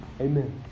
Amen